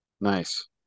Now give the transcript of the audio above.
Nice